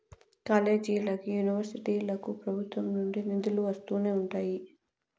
కాలేజీలకి, యూనివర్సిటీలకు ప్రభుత్వం నుండి నిధులు వస్తూనే ఉంటాయి